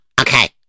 okay